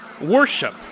worship